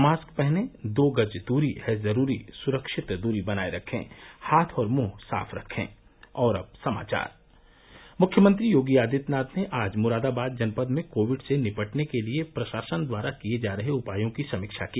mask पहनें दो गज दूरी है जरूरी सुरक्षित दूरी बनाये रखें हाथ और मुंह साफ रखें मुख्यमंत्र योगी आदित्यनाथ ने आज मुरादाबाद जनपद में कोविड से निपटने के लिये प्रशासन द्वारा किये जा रहे उपायों की समीक्षा की